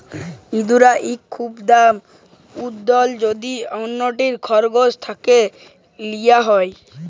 ইঙ্গরা ইক খুব দামি উল যেট অল্যরা খরগোশ থ্যাকে লিয়া হ্যয়